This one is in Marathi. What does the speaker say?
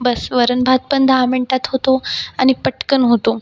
बस वरण भात पण दहा मिनटात होतो आणि पटकन होतो